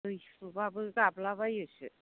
दै सुबाबो गाबलाबायोसो